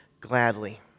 gladly